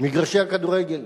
מה עם מגרשי הכדורגל?